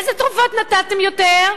איזה תרופות נתתם יותר?